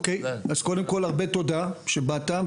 קודם כל הרבה תודה שבאת,